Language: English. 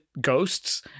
ghosts